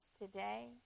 today